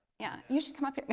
yeah. you should come up here.